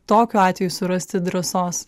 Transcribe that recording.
tokiu atveju surasti drąsos